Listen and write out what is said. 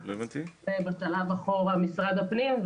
ובשלב אחורה משרד הפנים.